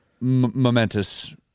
Momentous